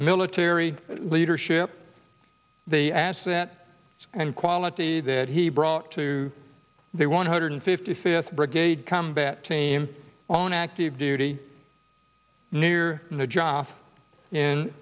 military leadership the asset and quality that he brought to the one hundred fifty fifth brigade combat team on active duty near the job